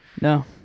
No